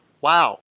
Wow